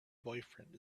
boyfriend